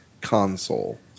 console